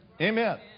Amen